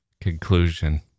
conclusion